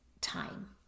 time